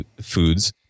foods